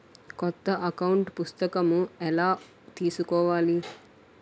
కొత్త అకౌంట్ పుస్తకము ఎలా తీసుకోవాలి?